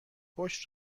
پشت